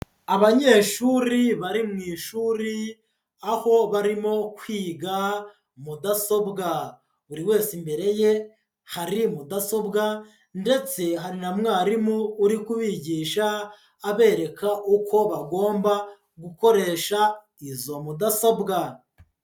Abanyeshuri bari mu ishuri aho barimo kwiga mudasobwa, buri wese imbere ye hari mudasobwa ndetse hari na mwarimu uri kubigisha abereka uko bagomba gukoresha izo mudasobwa.